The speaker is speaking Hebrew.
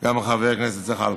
גם חבר הכנסת זחאלקה.